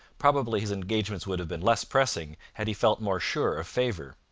probably his engagements would have been less pressing had he felt more sure of favour.